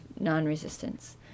non-resistance